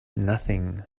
nothing